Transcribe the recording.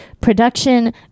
production